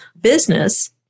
business